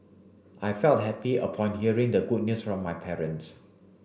I felt happy upon hearing the good news from my parents